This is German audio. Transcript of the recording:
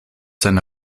seine